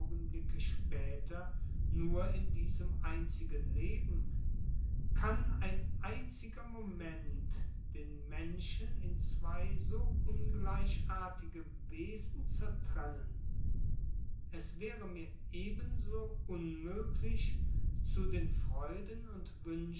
später nur in diesem einzigen leben kann ein einziger moment den menschen in zwei so ungleichartige wesen zertrennen es wäre mir ebenso unmöglich zu den freuden